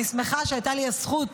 אני שמחה שהייתה לי הזכות,